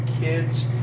kids